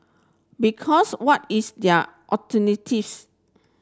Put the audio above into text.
because what is their alternatives